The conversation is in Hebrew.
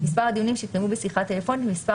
מספר הדיונים שהתקיימו בשיחה טלפונית ומספר